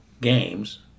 games